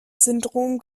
syndrom